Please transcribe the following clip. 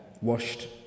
washed